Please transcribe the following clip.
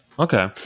Okay